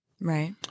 Right